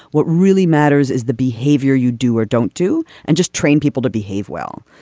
what really matters is the behavior you do or don't do and just train people to behave well.